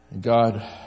God